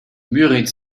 müritz